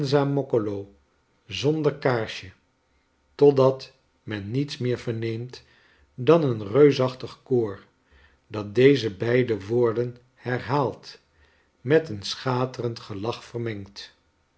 senza moccolo zonder kaarsje totdat men niets meer verneemt dan een reusachtig koor dat deze beide woorden herhaalt met een schaterend gelach vermengd